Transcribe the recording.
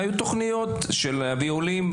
היו תוכניות של הבאת עולים.